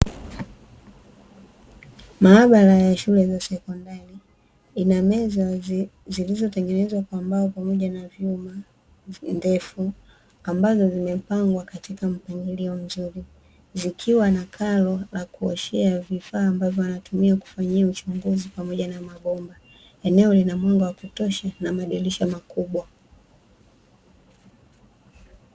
Maabara ya shule za sekondari ina meza zilizotengenezwa kwa mbao pamoja na vyuma ndefu ambazo zimepangwa katika mpangilio mzuri, zikiwa na karo la kuoshea vifaa ambavyo wanatumia kufanyia uchunguzi pamoja na mabomba. Eneo lina mwanga wa kutosha na madirisha makubwa.